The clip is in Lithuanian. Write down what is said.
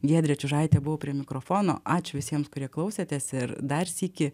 giedrė čiužaitė buvau prie mikrofono ačiū visiems kurie klausėtės ir dar sykį